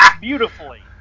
beautifully